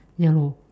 ya lor